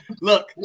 Look